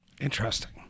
Interesting